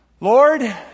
Lord